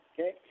Okay